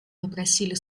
попросили